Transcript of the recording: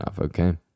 Okay